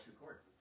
record